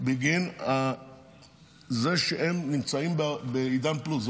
בגין זה שהם נמצאים בעידן פלוס.